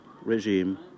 regime